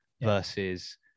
versus